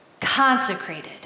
consecrated